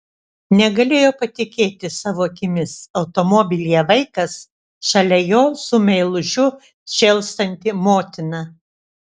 negalėjo patikėti savo akimis automobilyje vaikas šalia jo su meilužiu šėlstanti motina